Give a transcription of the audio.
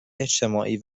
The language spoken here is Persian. اجتماعی